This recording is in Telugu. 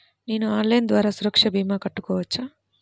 నేను ఆన్లైన్ ద్వారా సురక్ష భీమా కట్టుకోవచ్చా?